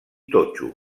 totxo